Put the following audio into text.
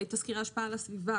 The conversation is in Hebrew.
תסקירי השפעה על הסביבה,